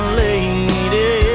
lady